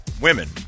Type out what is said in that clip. women